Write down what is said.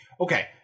Okay